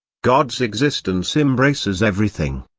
god's existence embraces everything.